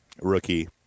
rookie